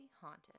Haunted